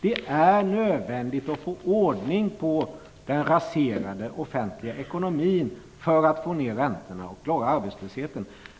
Det är nödvändigt att få ordning på den raserade offentliga ekonomin för att få ner räntorna och klara arbetslösheten.